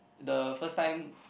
the first time